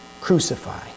Crucify